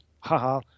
haha